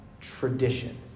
tradition